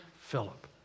Philip